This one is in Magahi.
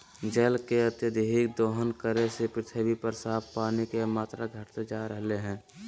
जल के अत्यधिक दोहन करे से पृथ्वी पर साफ पानी के मात्रा घटते जा रहलय हें